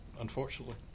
unfortunately